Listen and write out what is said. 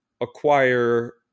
acquire